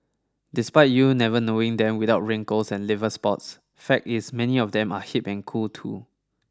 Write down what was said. despite you never knowing them without wrinkles and liver spots fact is many of them are hip and cool too